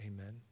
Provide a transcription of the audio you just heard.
amen